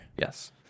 yes